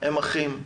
הם אחים,